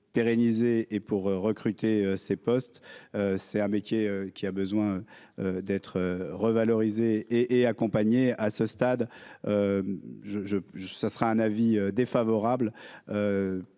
pérenniser et pour recruter ses postes, c'est un métier qui a besoin d'être revalorisé et accompagner à ce stade, je, je, je, ça sera un avis défavorable